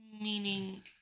Meaning